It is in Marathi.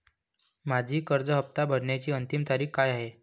माझी कर्ज हफ्ता भरण्याची अंतिम तारीख काय आहे?